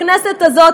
הכנסת הזאת,